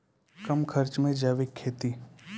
कम खर्च मे जैविक खेती?